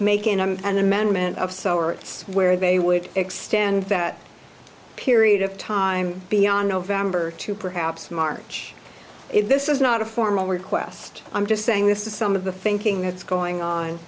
making an amendment of so or where they would extend that period of time beyond november to perhaps march this is not a formal request i'm just saying this is some of the thinking that's going on